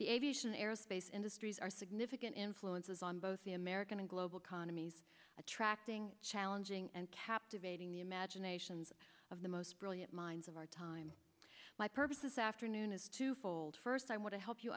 the aviation aerospace industries are significant influences on both the american and global economies attracting challenging and captivating the imaginations of the most brilliant minds of our time my purposes afternoon is twofold first i want to help you